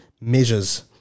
measures